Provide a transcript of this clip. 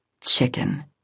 Chicken